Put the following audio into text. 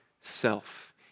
self